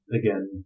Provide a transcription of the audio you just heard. again